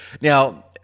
Now